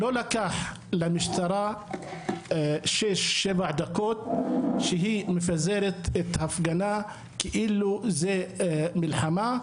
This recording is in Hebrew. לא עברו שש-שבע דקות והמשטרה פיזרה את ההפגנה כאילו זה מלחמה,